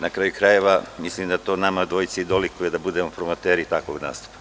Na kraju krajeva, mislim da to nama dvojici i dolikuje da budemo promoteri takvog nastupa.